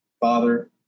Father